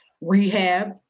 Rehab